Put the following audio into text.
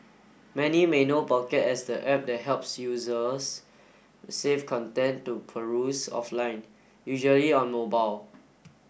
many may know pocket as the app that helps users save content to peruse offline usually on mobile